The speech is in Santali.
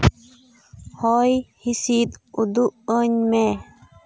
ᱦᱚᱭ ᱦᱤᱸᱥᱤᱫ ᱩᱫᱩᱜ ᱟᱹᱧ ᱢᱮ